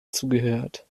zugehört